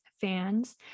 fans